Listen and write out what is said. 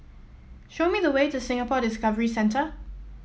show me the way to Singapore Discovery Centre